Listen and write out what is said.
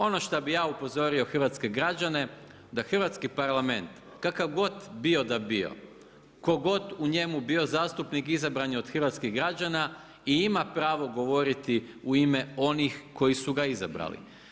Ono što bi ja upozorio hrvatske građane da Hrvatski parlament, kakav god bio da bio, tko godi da u njemu bio zastupnik, izabran je od hrvatskih građana i ima pravo govoriti u ime onih koji su ga izabrali.